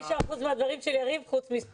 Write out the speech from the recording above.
אחרי זה אני אתן לכם